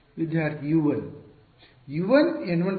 ವಿದ್ಯಾರ್ಥಿ U 1